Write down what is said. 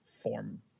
form